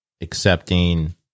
accepting